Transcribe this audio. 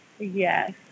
Yes